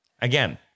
again